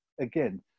again